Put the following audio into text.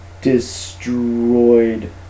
destroyed